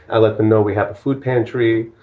i let them know we have a food pantry.